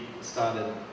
started